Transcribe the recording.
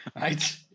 Right